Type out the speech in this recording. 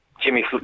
Jimmy